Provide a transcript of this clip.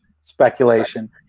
speculation